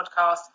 Podcast